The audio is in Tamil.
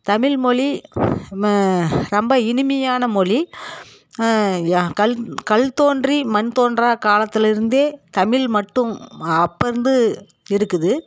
தமிழ் மொழி ரொம்ப இனிமையான மொழி கல் கல் தோன்றி மண் தோன்றா காலத்திலேர்ந்து தமிழ் மட்டும் அப்போருந்து இருக்குது